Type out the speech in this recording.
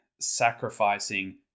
sacrificing